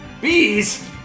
Bees